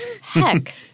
Heck